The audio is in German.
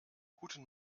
guten